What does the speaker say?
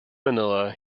manila